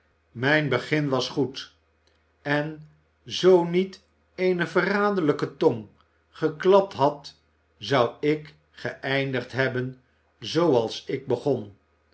mijn begin was goed en zoo niet eene verraderlijke tong geklapt had zou ik geëindigd hebben zooals ik begon